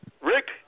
Rick